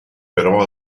però